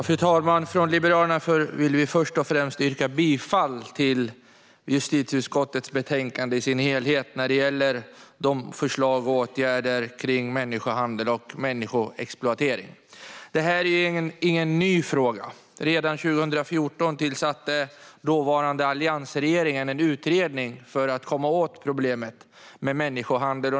Fru talman! Först och främst vill Liberalerna yrka bifall till justitieutskottets förslag i dess helhet. Det gäller förslag och åtgärder kring människohandel och människoexploatering. Detta är ingen ny fråga. Redan 2014 tillsatte den dåvarande alliansregeringen en utredning för att komma åt problemet med människohandel.